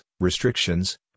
restrictions